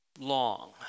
long